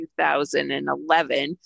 2011